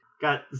got